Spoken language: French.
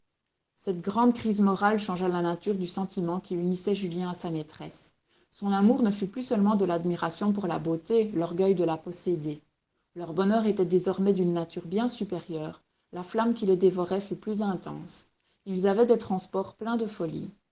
cette grande crise morale changea la nature du sentiment qui unissait julien à sa maîtresse son amour ne fut plus seulement de l'admiration pour la beauté l'orgueil de la posséder leur bonheur était désormais d'une nature bien supérieure la flamme qui les dévorait fut plus intense ils avaient des transports pleins de folie